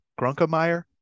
Grunkemeyer